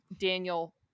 Daniel